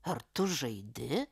ar tu žaidi